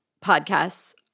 podcasts